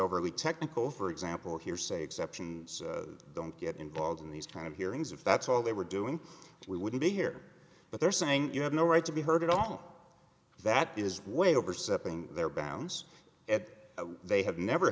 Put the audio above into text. overly technical for example hearsay exception so don't get involved in these kind of hearings if that's all they were doing we wouldn't be here but they're saying you have no right to be heard at all that is way over setting their bounds if they have never